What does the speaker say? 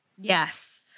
yes